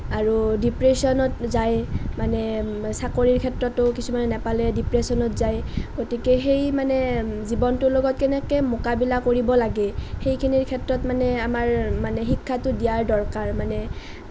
আৰু ডিপ্ৰেশ্যনত যায় মানে চাকৰিৰ ক্ষেত্ৰতো কিছুমানে নাপালে ডিপ্ৰেশ্যনত যায় গতিকে সেই মানে জীৱনটো লগত কেনেকে মোকাবিলা কৰিব লাগে সেইখিনি ক্ষেত্ৰত মানে আমাৰ মানে শিক্ষাটো দিয়াৰ দৰকাৰ মানে